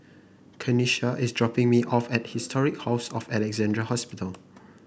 Kanisha is dropping me off at Historic House of Alexandra Hospital